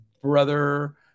brother